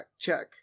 Check